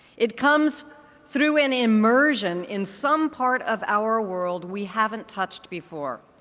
it comes through an immersion in some part of our world we haven't touched before.